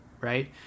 right